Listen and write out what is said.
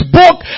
book